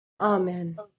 Amen